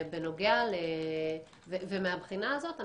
מהבחינה הזאת,